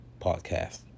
Podcast